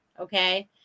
okay